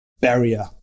barrier